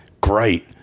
great